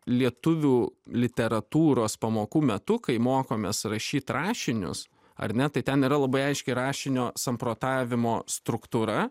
lietuvių literatūros pamokų metu kai mokomės rašyti rašinius ar ne tai ten yra labai aiški rašinio samprotavimo struktūra